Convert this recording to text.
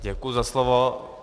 Děkuji za slovo.